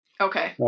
Okay